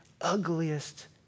ugliest